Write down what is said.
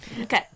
Okay